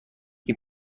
این